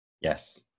Yes